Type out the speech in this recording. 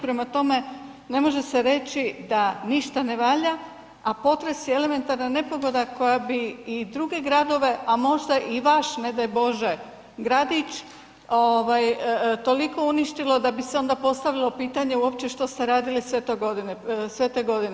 Prema tome, ne može se reći da ništa ne valja a potres je elementarna nepogoda koji bi i druge grade a možda i vaš ne daj Bože gradić toliko uništilo da bi se onda postavilo pitanje uopće što ste radili sve te godine.